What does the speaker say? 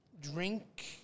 drink